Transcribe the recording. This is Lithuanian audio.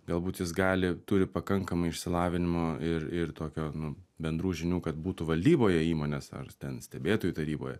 galbūt jis gali turi pakankamai išsilavinimo ir ir tokio nu bendrų žinių kad būtų valdyboje įmonės ar ten stebėtojų taryboje